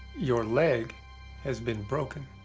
your leg has been broken.